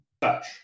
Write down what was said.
touch